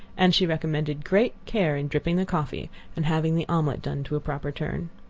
and she recommended great care in dripping the coffee and having the omelet done to a proper turn.